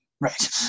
Right